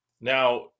Now